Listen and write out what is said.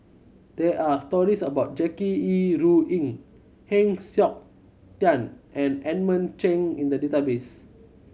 there are stories about Jackie Yi Ru Ying Heng Siok Tian and Edmund Cheng in the database